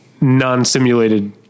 non-simulated